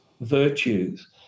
virtues